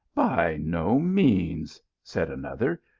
by no means, said another,